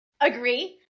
Agree